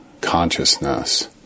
consciousness